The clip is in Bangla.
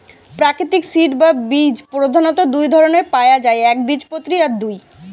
প্রাকৃতিক সিড বা বীজ প্রধাণত দুটো ধরণের পায়া যায় একবীজপত্রী আর দুই